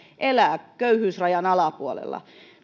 elää köyhyysrajan alapuolella